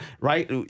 right